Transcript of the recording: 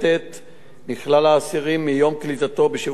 מכלל האסירים מיום כניסתו בשערי שירות בתי-הסוהר,